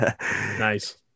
Nice